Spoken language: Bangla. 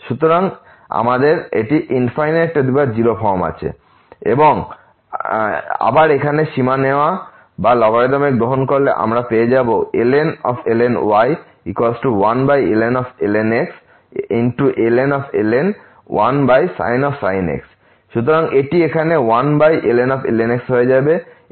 সুতরাং আমাদের 0 ফর্ম আছে এবং আবার এখানে সীমা নেওয়া বা লগারিদমিক গ্রহণ করলে আমরা পেয়ে যাব ln y 1ln x ln 1sin x সুতরাং এখানে এটি 1ln x হয়ে যাবে যেহেতু x 0 তে যায়